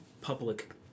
public